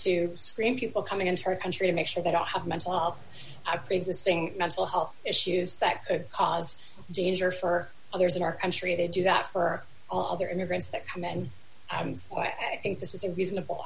to screen people coming into our country to make sure they don't have mental health i think the saying mental health issues that could cause danger for others in our country to do that for all their immigrants that come and i think this is a reasonable